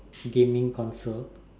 gaming console